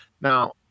Now